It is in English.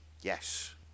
Yes